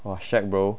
!wah! shag bro